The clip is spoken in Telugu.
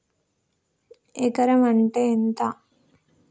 ఎకరం అంటే ఎంత?